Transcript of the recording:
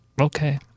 Okay